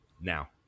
now